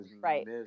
right